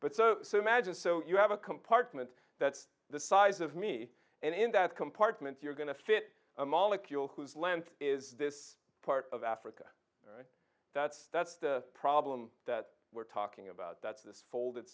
but so imagine so you have a compartment that's the size of me and in that compartment you're going to fit a molecule whose length is this part of africa that's that's the problem that we're talking about that's this folded